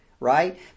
right